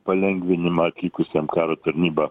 palengvinimą atlikusiem karo tarnybą